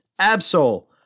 Absol